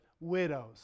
widows